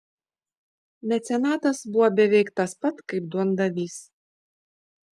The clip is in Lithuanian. mecenatas buvo beveik tas pat kaip duondavys